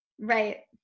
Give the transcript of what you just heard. Right